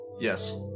Yes